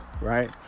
right